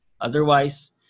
Otherwise